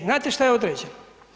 Znate šta je određeno?